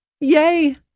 Yay